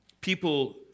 people